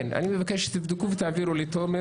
אני מבקש שתבדקו ותעבירו לתומר